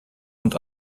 und